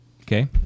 Okay